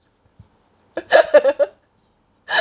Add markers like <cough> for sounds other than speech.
<laughs>